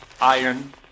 iron